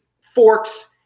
forks